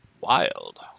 wild